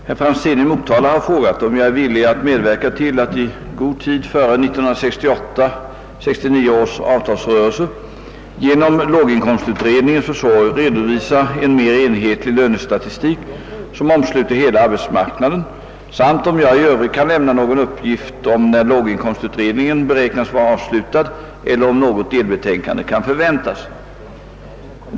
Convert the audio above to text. Herr talman! Herr Franzén i Motala har frågat, om jag är villig att medverka till att i god tid före 1968—1969 års avtalsrörelse genom låginkomstutredningens försorg redovisa en mer enhetlig lönestatistik som omsluter hela arbetsmarknaden samt om jag i övrigt kan lämna någon uppgift om när låginkomstutredningen beräknas vara avslutad eller om något delbetänkande kan förväntas.